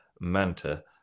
Manta